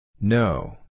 No